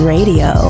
Radio